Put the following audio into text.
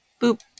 Boop